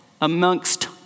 amongst